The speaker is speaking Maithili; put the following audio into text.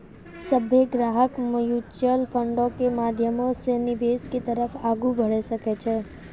सभ्भे ग्राहक म्युचुअल फंडो के माध्यमो से निवेश के तरफ आगू बढ़ै सकै छै